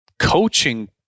Coaching